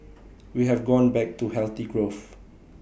we have gone back to healthy growth